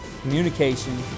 communication